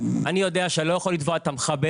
אני יודע שאני לא יכול לתבוע את המחבל